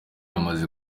amaze